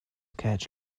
catch